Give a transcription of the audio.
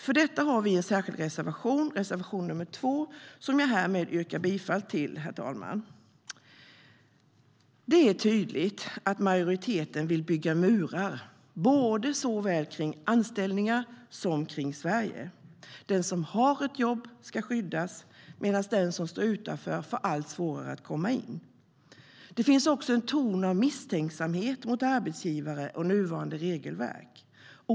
För detta har vi en särskild reservation, reservation nr 2, som jag härmed yrkar bifall till, herr talman. Det är tydligt att majoriteten vill bygga murar såväl kring anställningar som kring Sverige. Den som har ett jobb ska skyddas medan den som står utanför får allt svårare att komma in. Det finns också en ton av misstänksamhet mot arbetsgivare och nuvarande regelverk.